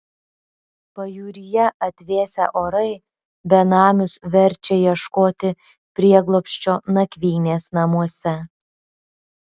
pajūryje atvėsę orai benamius verčia ieškoti prieglobsčio nakvynės namuose